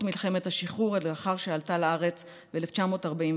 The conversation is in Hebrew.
מלחמת השחרור לאחר שעלתה לארץ ב-1947.